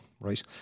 right